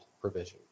provision